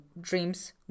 dreams